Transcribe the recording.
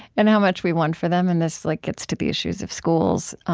and how much we want for them and this like gets to the issues of schools